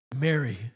Mary